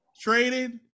traded